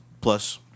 plus